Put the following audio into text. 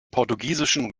portugiesischen